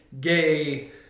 gay